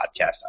podcast